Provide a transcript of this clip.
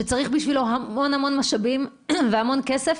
שצריך בשבילו המון-המון משאבים והמון כסף,